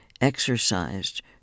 exercised